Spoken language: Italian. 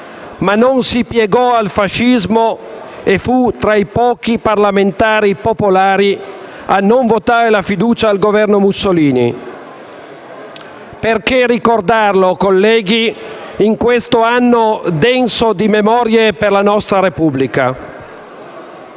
ma non si piegò al fascismo e fu tra i pochi parlamentari popolari a non votare la fiducia al Governo Mussolini. Perché ricordarlo, colleghi, in questo anno denso di memorie per la nostra Repubblica?